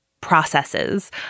processes